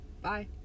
Bye